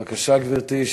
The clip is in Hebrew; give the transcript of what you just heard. בבקשה, גברתי.